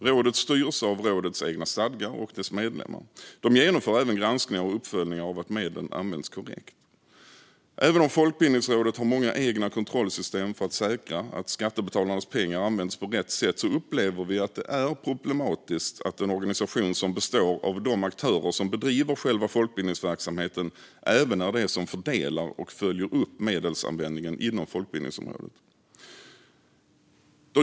Rådet styrs av rådets egna stadgar och dess medlemmar, och rådet genomför även granskningar och uppföljningar av att medlen använts korrekt. Även om Folkbildningsrådet har många egna kontrollsystem för att säkra att skattebetalarnas pengar används på rätt sätt upplever vi att det är problematiskt att en organisation som består av de aktörer som bedriver själva folkbildningsverksamheten även är den som fördelar och följer upp medelsanvändningen inom folkbildningsområdet.